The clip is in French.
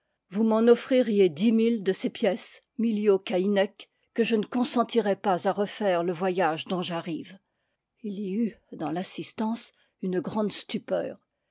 m'en offririez dix mille de ces pièces miliau caïnéc que je ne consentirais pas à refaire le voyage dont j'arrive il y eut dans l'assistance une grande stupeur